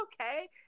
okay